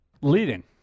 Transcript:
leading